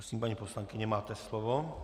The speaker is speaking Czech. Prosím, paní poslankyně, máte slovo.